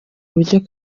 buryo